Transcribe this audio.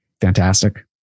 fantastic